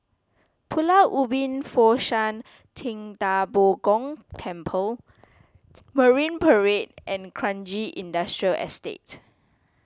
Pulau Ubin Fo Shan Ting Da Bo Gong Temple Marine Parade and Kranji Industrial Estate